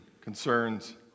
concerns